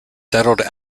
settled